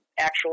Actual